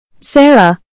Sarah